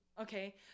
okay